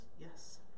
Yes